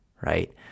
right